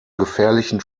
gefährlichen